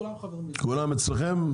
כולם אצלכם?